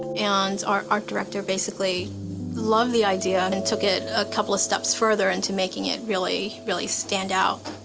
and our art director basically loved the idea and took it a couple of steps further into making it really, really stand out.